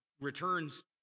returns